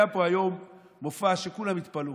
היה פה היום מופע וכולם התפלאו.